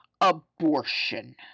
abortion